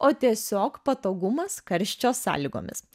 o tiesiog patogumas karščio sąlygomis